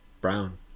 brown